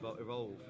evolve